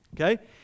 okay